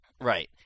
Right